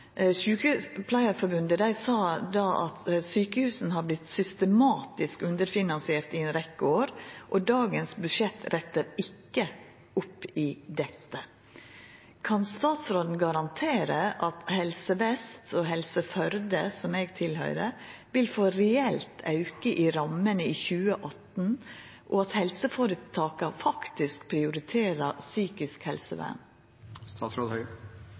sa då at sjukehusa har vorte underfinansierte i ei rekkje år, og at dagens budsjett ikkje rettar opp i dette. Kan statsråden garantera at Helse Vest og Helse Førde, som eg høyrer til, vil få ein reell auke i rammene i 2018,og at helseføretaka faktisk prioriterer psykisk